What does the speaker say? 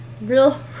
real